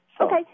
Okay